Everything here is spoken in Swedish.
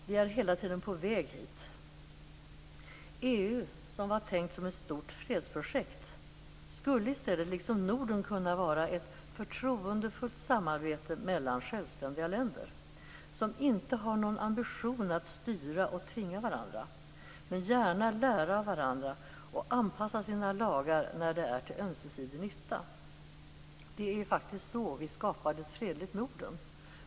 Vi är hela tiden på väg dit. EU, som var tänkt som ett stort fredsprojekt, skulle i stället liksom Norden kunna utgöra ett förtroendefullt samarbete mellan självständiga länder som inte har någon ambition att styra och tvinga varandra men som gärna vill lära av varandra och anpassa sina lagar när det är till ömsesidig nytta. Det var faktiskt så vi skapade ett fredligt Norden.